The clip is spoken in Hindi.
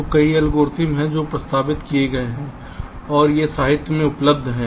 तो कई एल्गोरिदम हैं जो प्रस्तावित किए गए हैं और ये साहित्य में उपलब्ध हैं